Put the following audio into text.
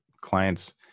clients